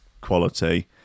quality